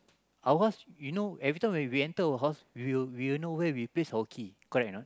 our house you know every time when we enter our house we will we will know where we place our key correct or not